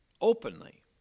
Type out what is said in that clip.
openly